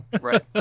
Right